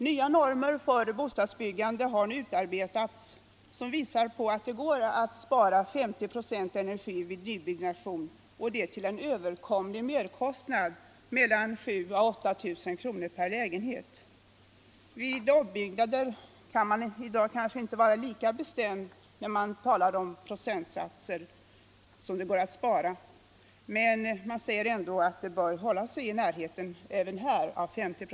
Nya normer för bostadsbyggande har nu utarbetats, som visar att det går att spara 50 96 energi vid nybyggnation, och det till en överkomlig merkostnad — mellan 7 000 och 8 000 kr. per lägenhet. Man kan kanske i dag inte vara lika bestämd när man talar om hur många procent som går att spara vid ombyggnader, men man säger ändå att det även här bör hålla sig i närheten av 50 96.